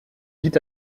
vit